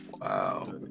Wow